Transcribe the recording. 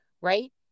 right